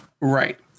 Right